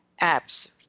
apps